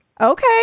Okay